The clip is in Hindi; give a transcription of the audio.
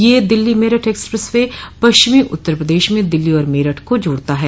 यह दिल्ली मेरठ एक्सप्रेस वे पश्चिमी उत्तर प्रदेश में दिल्ली और मेरठ को जोड़ता है